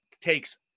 takes